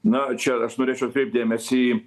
na čia aš norėčiau atkreipt dėmesį